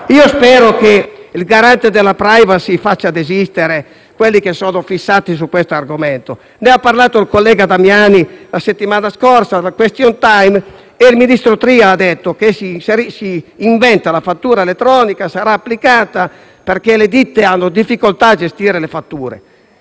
spero che il Garante della *privacy* faccia desistere quelli che sono fissati su quest'argomento. Ne ha parlato il collega Damiani la settimana scorsa, al *question time*, e il ministro Tria ha detto che si inventa la fattura elettronica, che sarà applicata, perché le ditte hanno difficoltà a gestire le fatture.